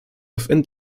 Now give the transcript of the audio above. within